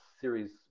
series